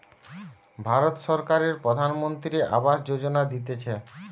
ভারত সরকারের প্রধানমন্ত্রী আবাস যোজনা দিতেছে